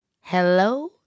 Hello